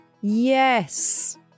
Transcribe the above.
yes